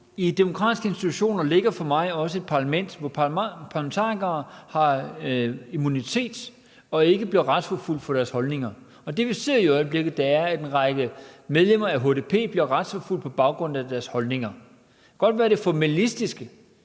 de demokratiske institutioner ligger for mig også et parlament, hvor parlamentarikere har immunitet og ikke bliver retsforfulgt for deres holdninger. Det, vi ser i øjeblikket, er, at en række medlemmer af HDP bliver retsforfulgt på baggrund af deres holdninger. Det kan godt være, at det formalistiske